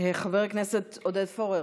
חבר הכנסת עודד פורר,